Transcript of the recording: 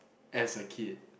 as a kid